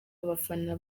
abafana